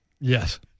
Yes